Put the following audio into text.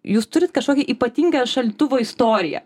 jūs turit kažkokį ypatingą šaldytuvo istoriją